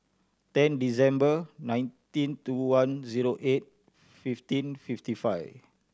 ten December nineteen two one zero eight fifteen fifty five